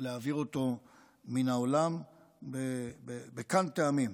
להעביר אותו מהעולם בק"ן טעמים,